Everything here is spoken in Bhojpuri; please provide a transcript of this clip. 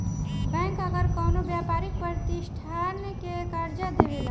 बैंक अगर कवनो व्यापारिक प्रतिष्ठान के कर्जा देवेला